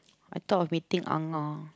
I thought of meeting Ah-Ngah